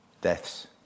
deaths